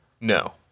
No